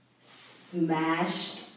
smashed